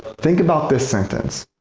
think about this sentence.